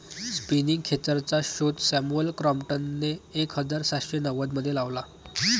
spinning खेचरचा शोध Samuel क्रॉम्प्टनने एक हजार सातशे नव्वदमध्ये लावला